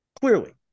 clearly